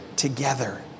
together